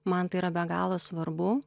man tai yra be galo svarbu